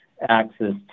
access